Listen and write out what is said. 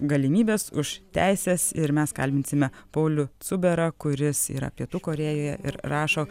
galimybes už teises ir mes kalbinsime paulių cuberą kuris yra pietų korėjoje ir rašo